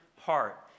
heart